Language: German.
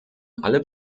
alle